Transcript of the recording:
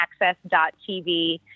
access.tv